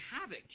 havoc